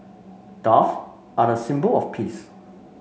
dove are the symbol of peace